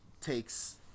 takes